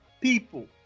people